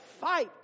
fight